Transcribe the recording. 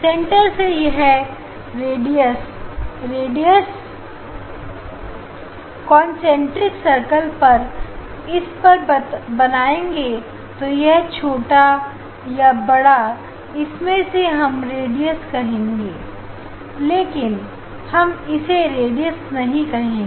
centre से यह radius radius concentric circle पर इस पर बनाएंगे तो यह छोटा या बड़ा इसे हम रेडियस कहेंगे लेकिन हम इसे रेडियस नहीं कहेंगे